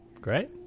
Great